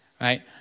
right